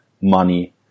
money